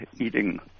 eating